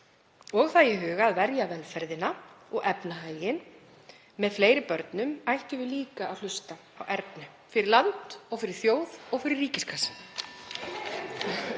með það í huga að verja velferðina og efnahaginn með fleiri börnum ættum við líka að hlusta á Ernu, fyrir land og þjóð og fyrir